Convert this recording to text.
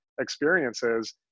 experiences